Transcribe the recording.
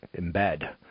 embed